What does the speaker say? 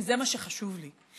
וזה מה שחשוב לי,